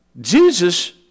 Jesus